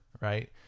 right